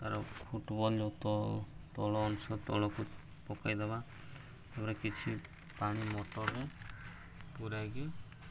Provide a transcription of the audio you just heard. ତା'ର ଫୁଟବଲଯୁକ୍ତ ତଳ ଅଂଶ ତଳକୁ ପକେଇଦବା ତା'ପରେ କିଛି ପାଣି ମୋଟୋରରେ ପୂରାଇକି